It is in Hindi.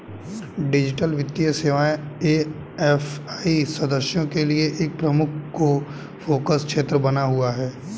डिजिटल वित्तीय सेवाएं ए.एफ.आई सदस्यों के लिए एक प्रमुख फोकस क्षेत्र बना हुआ है